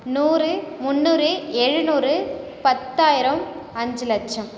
நுாறு முந்நுாறு எழுநுாறு பத்தாயிரம் அஞ்சுலட்சம்